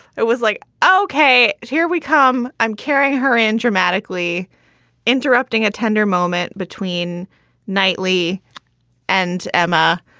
it was like, ok, here we come. i'm carrying her and dramatically interrupting a tender moment between knightley and emma.